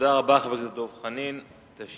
חבר הכנסת דב חנין, תודה רבה.